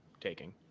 taking